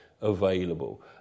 available